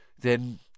Then